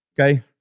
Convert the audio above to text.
okay